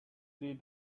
see